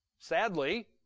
sadly